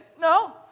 No